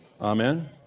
Amen